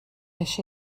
nes